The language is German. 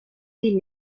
die